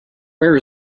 where